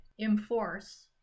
enforce